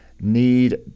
need